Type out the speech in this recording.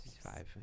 five